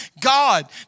God